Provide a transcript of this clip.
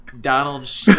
Donald